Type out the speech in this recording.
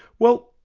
well,